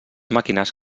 màquines